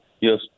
yes